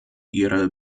ihre